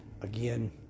again